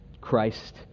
Christ